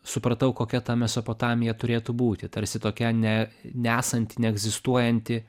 supratau kokia ta mesopotamija turėtų būti tarsi tokia ne nesanti neegzistuojanti